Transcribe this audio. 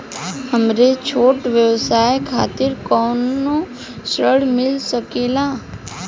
हमरे छोट व्यवसाय खातिर कौनो ऋण मिल सकेला?